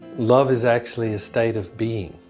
love is actually a state of being.